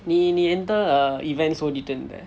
நீ நீ எந்த:ni ni entha err events ஓடிட்டு இருந்தே:odittu irunthae